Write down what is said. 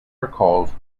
recalls